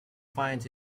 finds